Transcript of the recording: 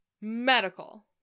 Medical